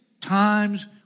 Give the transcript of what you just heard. times